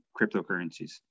cryptocurrencies